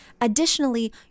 additionally